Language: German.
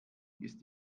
ist